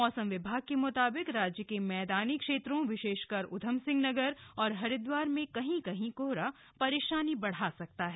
मौसम विभाग के मुताबिक राज्य के मैदानी क्षेत्रों विशेषकर उधमसिंह नगर और हरिद्वार में कहीं कहीं कोहरा परेशानी बढ़ा सकता है